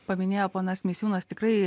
paminėjo ponas misiūnas tikrai